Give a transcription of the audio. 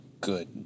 good